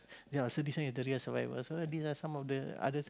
ya so this one is the real survive so these are some of the other